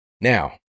now